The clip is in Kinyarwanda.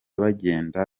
bagenda